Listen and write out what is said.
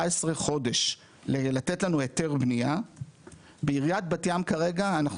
חודש לתת לנו היתר בנייה בעיריית בת ים כרגע אנחנו